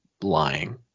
lying